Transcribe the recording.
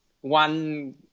one